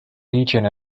legion